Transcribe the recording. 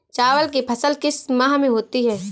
चावल की फसल किस माह में होती है?